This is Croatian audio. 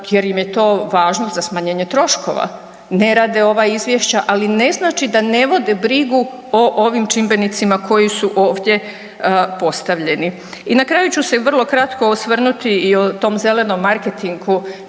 jer im je to važno za smanjenje troškova, ne rade ova izvješća, ali ne znači da ne vode brigu o ovim čimbenicima koji su ovdje postavljeni. I na kraju ću se vrlo kratko osvrnuti i o tom zelenom marketingu